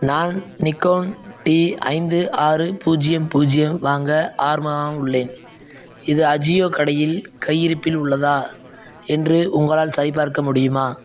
நான் Nikon D ஐந்து ஆறு பூஜ்ஜியம் பூஜ்ஜியம் வாங்க ஆர்வமா உள்ளேன் இது அஜியோ கடையில் கையிருப்பில் உள்ளதா என்று உங்களால் சரிபார்க்க முடியுமா